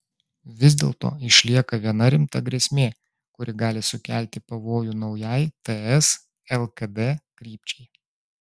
vis dėlto išlieka viena rimta grėsmė kuri gali sukelti pavojų naujai ts lkd krypčiai